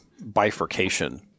bifurcation